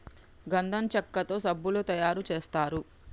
గంధం చెక్కతో సబ్బులు తయారు చేస్తారు